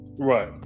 Right